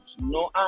no